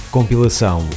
Compilação